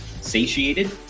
satiated